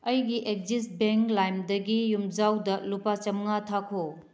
ꯑꯩꯒꯤ Axis bank ꯂꯥꯏꯝꯗꯒꯤ ꯌꯨꯝꯖꯥꯎꯗ ꯂꯨꯄꯥ ꯆꯃꯉꯥ ꯊꯥꯈꯣ